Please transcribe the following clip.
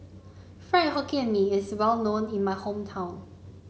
fried Hokkien and Mee is well known in my hometown